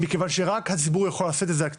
מכיוון שרק הציבור יכול לשאת את זה על כתפיו.